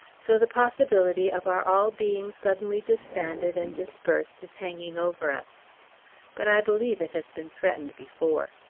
so the possibility of our all being suddenly disbanded and dispersed is hanging over us but i believe it has been threatened before.